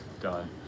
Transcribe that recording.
done